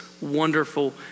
wonderful